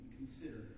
consider